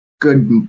good